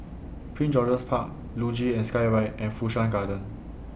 Prince George's Park Luge and Skyride and Fu Shan Garden